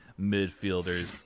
midfielders